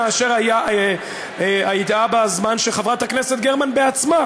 מאשר היה בזמן שחברת הכנסת גרמן בעצמה